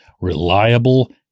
reliable